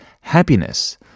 happiness